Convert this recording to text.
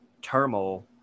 turmoil